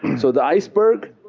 and so the iceberg